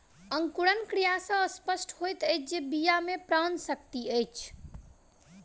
अंकुरण क्रिया सॅ स्पष्ट होइत अछि जे बीया मे प्राण शक्ति अछि